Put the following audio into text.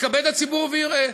יתכבד הציבור ויראה: